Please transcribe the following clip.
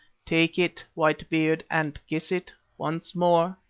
take it, white beard, and kiss it once more,